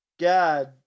God